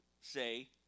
say